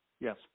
Yes